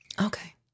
Okay